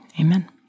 Amen